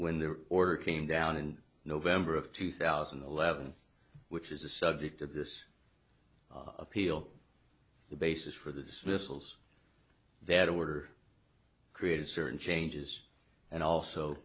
when the order came down in november of two thousand and eleven which is the subject of this appeal the basis for the dismissals that order created certain changes and also